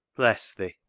bless thi.